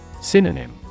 Synonym